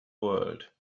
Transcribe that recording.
world